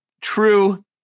True